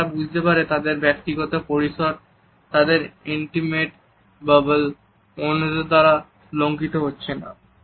যাতে তারা বুঝতে পারে তাদের ব্যক্তিগত পরিসর তাদের ইন্টিমেট বাবেল অন্যদের দ্বারা লঙ্ঘিত হচ্ছে না